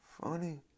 funny